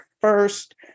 first